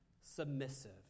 submissive